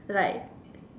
like